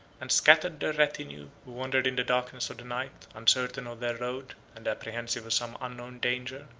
and scattered their retinue, who wandered in the darkness of the night, uncertain of their road, and apprehensive of some unknown danger,